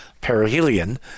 Perihelion